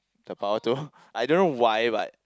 the power to I don't know why but